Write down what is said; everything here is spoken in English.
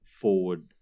forward